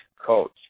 coach